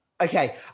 Okay